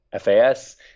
FAS